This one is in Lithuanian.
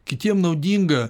kitiem naudinga